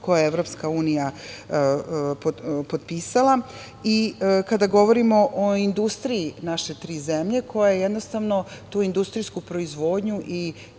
koje je EU potpisala i kada govorimo o industriji naše tri zemlje koje jednostavno tu industrijsku proizvodnju i